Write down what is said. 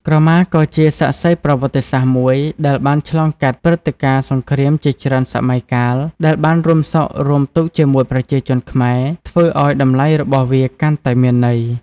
ក្រមាក៏ជា សាក្សីប្រវត្តិសាស្ត្រ មួយដែលបានឆ្លងកាត់ព្រឹត្តិការណ៍សង្គ្រាមជាច្រើនសម័យកាល ដែលបានរួមសុខរួមទុក្ខជាមួយប្រជាជនខ្មែរ ធ្វើឲ្យតម្លៃរបស់វាកាន់តែមានន័យ។